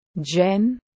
Jen